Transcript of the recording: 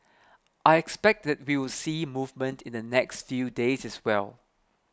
I expect that we will see movement in the next few days as well